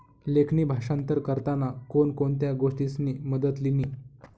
लेखणी भाषांतर करताना कोण कोणत्या गोष्टीसनी मदत लिनी